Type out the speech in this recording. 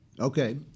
Okay